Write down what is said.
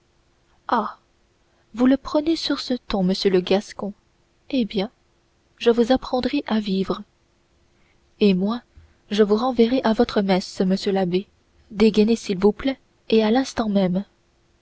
vous le prenez sur ce ton monsieur le gascon eh bien je vous apprendrai à vivre et moi je vous renverrai à votre messe monsieur l'abbé dégainez s'il vous plaît et à l'instant même